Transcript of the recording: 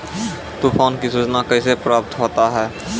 तुफान की सुचना कैसे प्राप्त होता हैं?